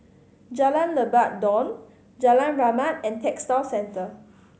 Jalan Lebat Daun Jalan Rahmat and Textile Centre